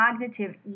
cognitive